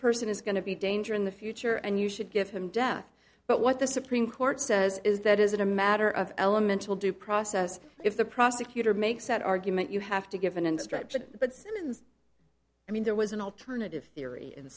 person is going to be a danger in the future and you should give him death but what the supreme court says is that is it a matter of elemental due process if the prosecutor makes that argument you have to give an instruction but simmons i mean there was an alternative theory in